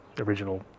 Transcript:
original